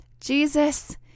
Jesus